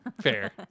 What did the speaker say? Fair